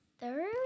Third